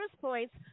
points